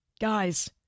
Guys